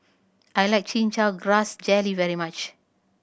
I like Chin Chow Grass Jelly very much